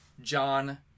John